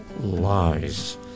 lies